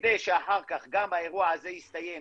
שכדי שאחר כך גם האירוע הזה יסתיים,